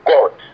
God